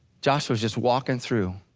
josh was just walking through.